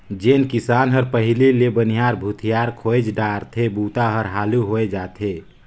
जेन किसान हर पहिले ले बनिहार भूथियार खोएज डारथे बूता हर हालू होवय जाथे